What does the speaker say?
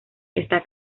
está